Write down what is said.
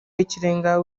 w’ikirenga